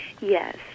Yes